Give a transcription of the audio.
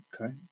Okay